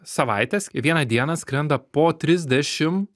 savaites kiekvieną dieną skrenda po trisdešim